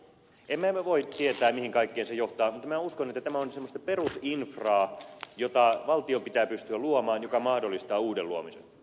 emme me voi tietää mihin kaikkeen se johtaa mutta minä uskon että tämä on semmoista perusinfraa jota valtion pitää pystyä luomaan joka mahdollistaa uuden luomisen